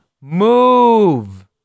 move